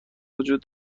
وجود